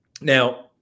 Now